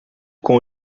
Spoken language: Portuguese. com